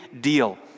deal